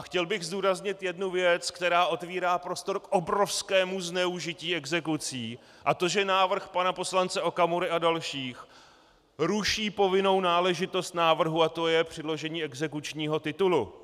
Chtěl bych zdůraznit jednu věc, která otevírá prostor k obrovskému zneužití exekucí, a to že návrh pana poslance Okamury a dalších ruší povinnou náležitost návrhu, a to je předložení exekučního titulu.